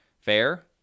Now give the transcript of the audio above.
fair